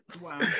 Wow